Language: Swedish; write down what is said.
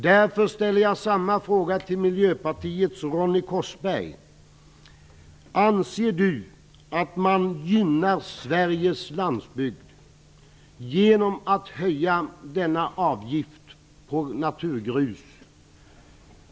Därför ställer jag en fråga till Miljöpartiets Ronny Korsberg: Anser Ronny Korsberg att man gynnar Sveriges landsbygd genom att höja denna avgift på naturgrus?